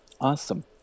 Awesome